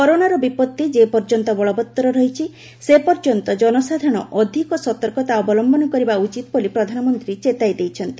କରୋନାର ବିପତ୍ତି ଯେପର୍ଯ୍ୟନ୍ତ ବଳବତ୍ତର ଅଛି ସେ ପର୍ଯ୍ୟନ୍ତ ଜନସାଧାରଣ ଅଧିକ ସତର୍କତା ଅବଲମ୍ଭନ କରିବା ଉଚିତ ବୋଲି ପ୍ରଧାନମନ୍ତ୍ରୀ ଚେତାଇ ଦେଇଛନ୍ତି